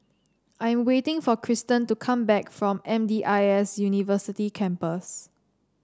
I'm waiting for Kristen to come back from M D I S University Campus